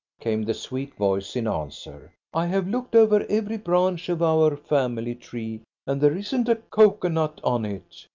came the sweet voice in answer. i have looked over every branch of our family tree and there isn't a cocoanut on it.